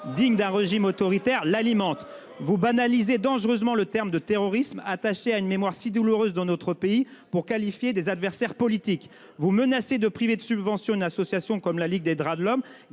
dignes d'un régime autoritaire, l'alimentent. Vous banalisez dangereusement le mot « terrorisme », attaché à une mémoire si douloureuse dans notre pays, pour qualifier des adversaires politiques. Vous menacez de priver de subvention une association comme la Ligue des droits de l'homme,